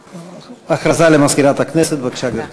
הודעה למזכירת הכנסת, בבקשה, גברתי.